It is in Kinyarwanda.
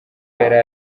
yari